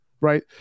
right